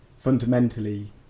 fundamentally